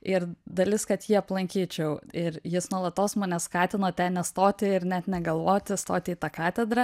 ir dalis kad jį aplankyčiau ir jis nuolatos mane skatino ten nestoti ir net negalvoti stot į tą katedrą